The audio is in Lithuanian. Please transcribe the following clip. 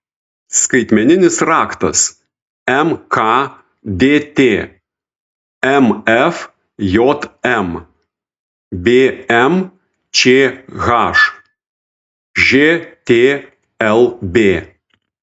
skaitmeninis raktas mkdt mfjm bmčh žtlb